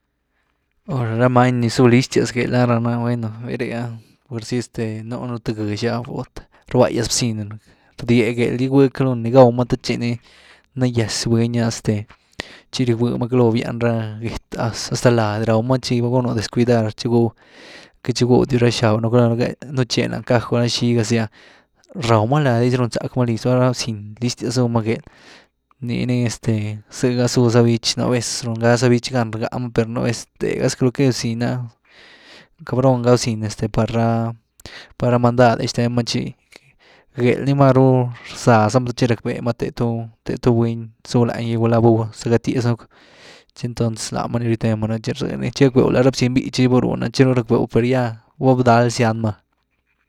ra many nii zu listias géhel ah raná bueno, bäyree ah pursy este nuunu thë gëx’y ah, rbágýas bziny rdye géhel gygwy calo ná nii gawma te txi ni nagýazy buny ah este txi rie-gwyma caloo býan ra get, hasta lady raw-ma txi gúnnu descuidar txygwyw, queity txygwyw dyw ra xabuu, nu’ caloo nutxeny lany caj, gulá xigazy’ ah, rawma lady gy txi rywnzack má lizma, rá bziny listias zuuma géhel, nii ny este, zëgá zu za bich, nú vez, rún gáa za bich gán rgáma, per nú vez tegha es que lo que bziny ah cabrón ga bziny este par ra-par ra mandad’e xten ma txi géhel nii máru rzaa zama txí rackbee ma te tu buny zu lany gy gulá vali zagatyez raba, txi entonces láma ni rywtema, txi rë’ny, txi gackbew lá ra bziny bítzy gy va rúhun ah txi ru rackbew, per ya, vá bdal zyan ma.